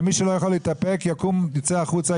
ומי שלא יכול להתאפק יקום וייצא החוצה,